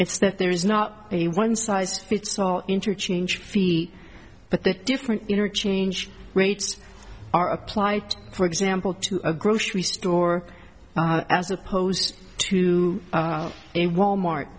if that there is not a one size fits all interchange fee but that different interchange rates are applied for example to a grocery store as opposed to a wal mart